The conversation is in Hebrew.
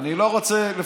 אני לא רוצה,